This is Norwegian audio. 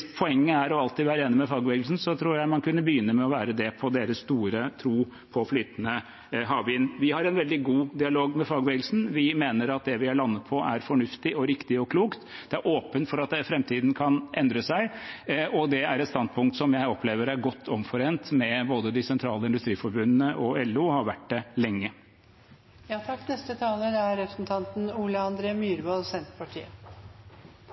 poenget er alltid å være enig med fagbevegelsen, tror jeg man kunne begynne med å være det i deres store tro på flytende havvind. Vi har en veldig god dialog med fagbevegelsen. Vi mener at det vi har landet på, er fornuftig og riktig og klokt. Jeg er åpen for at det i framtiden kan endre seg, og det er et standpunkt som jeg opplever er godt omforent med både de sentrale industriforbundene og LO og har vært det lenge. Først: Det er